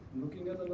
looking at